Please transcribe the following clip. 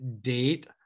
date